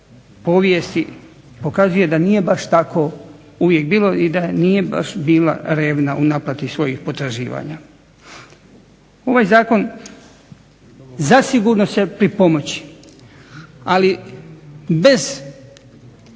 povijesti pokazuje da nije baš tako uvijek bilo i da nije baš bila revna u naplati svojih potraživanja. Ovaj Zakon zasigurno će pripomoći ali bez